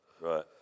Right